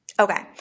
Okay